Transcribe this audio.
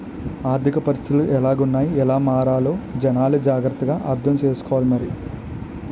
ఆర్థిక పరిస్థితులు ఎలాగున్నాయ్ ఎలా మారాలో జనాలే జాగ్రత్త గా అర్థం సేసుకోవాలి మరి